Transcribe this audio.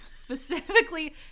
specifically